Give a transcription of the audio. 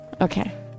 Okay